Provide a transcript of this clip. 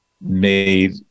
made